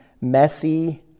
messy